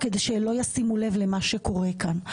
כדי שלא ישימו לב למה שקורה כאן.